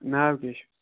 ناو کیٛاہ چھُ